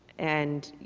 and, you